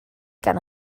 gan